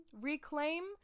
reclaim